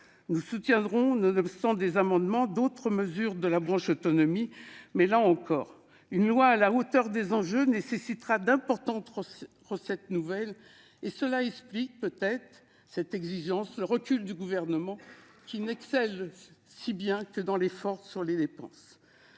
Nous soutiendrons pourtant des amendements concernant d'autres mesures de la branche autonomie. Là encore, une loi à la hauteur des enjeux nécessiterait d'importantes recettes nouvelles. Cela explique peut-être le recul du Gouvernement, lequel n'excelle que dans l'effort sur les dépenses.